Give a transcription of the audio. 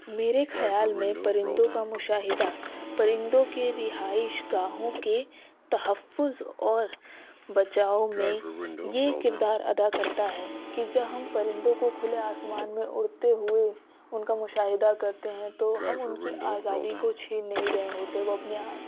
میرے خیال میں پرندوں کا مشاہدہ پرندوں کے رہائش گاہوں کے تحفظ اور بچاؤ میں یہ کردار ادا کرتا ہے کہ جب ہم پرندوں کو کھلے آسمان میں اڑتے ہوئے ان کا مشاہدہ کرتے ہیں تو ہم ان کی آزادی کو چھین نہیں رہے ہوتے وہ اپنے آپ